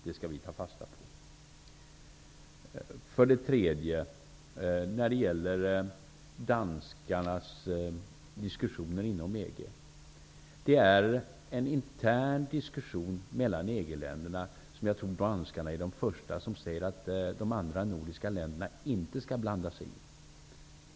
Det skall vi ta fasta på. Den tredje frågan handlar om danskarnas diskussioner inom EG. Det är en intern diskussion mellan EG-länderna som jag tror danskarna är de första att säga att de andra nordiska länderna inte skall blanda sig i.